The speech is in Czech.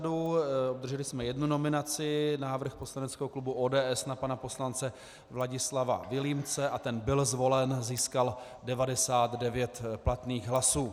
Obdrželi jsme jednu nominaci návrh poslaneckého klubu ODS na pana poslance Vladislava Vilímce a ten byl zvolen, získal 99 platných hlasů.